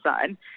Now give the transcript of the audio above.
son